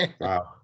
Wow